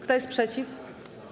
Kto jest przeciw?